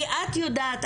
כי את יודעת,